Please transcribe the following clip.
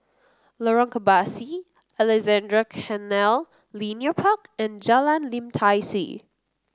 Lorong Kebasi Alexandra Canal Linear Park and Jalan Lim Tai See